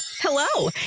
Hello